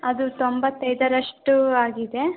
ಅದು ತೊಂಬತ್ತೈದರಷ್ಟು ಆಗಿದೆ